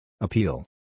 Appeal